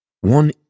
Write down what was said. One